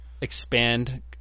expand